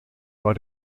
war